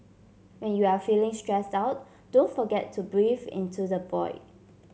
when you are feeling stressed out don't forget to breathe into the void